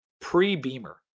pre-Beamer